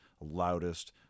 loudest